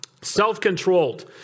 Self-controlled